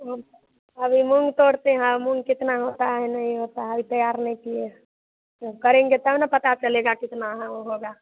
हम अभी मूँग तोड़ते हैं मूँग कितना होता है नहीं होता है अभी तैयार नहीं किए हैं जब करेंगे तब ना पता चलेगा कितना है होगा